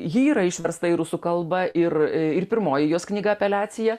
ji yra išversta į rusų kalbą ir ir pirmoji jos knyga apeliacija